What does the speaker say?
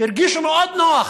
הרגישו מאוד נוח.